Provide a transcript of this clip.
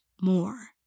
more